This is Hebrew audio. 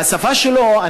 והשפה שלו,